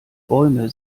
bäume